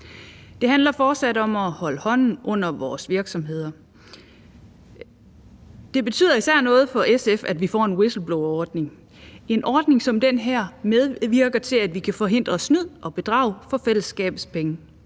Det handler fortsat om at holde hånden under vores virksomheder. Det betyder især noget for SF, at vi får en whistleblowerordning. En ordning som den her medvirker til, at vi kan forhindre snyd og bedrag for fællesskabets penge.